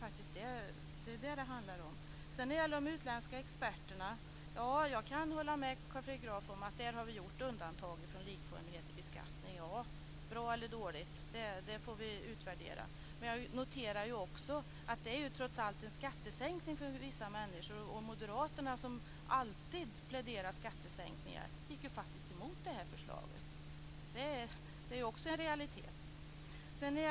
När det gäller de utländska experterna kan jag hålla med Carl Fredrik Graf om att där har vi gjort undantag från likformighet i beskattning - bra eller dåligt, får vi utvärdera. Men jag noterar också att det trots allt är en skattesänkning för vissa människor, och Moderaterna, som alltid pläderar för skattesänkningar, gick ju faktiskt emot det här förslaget. Det är också en realitet.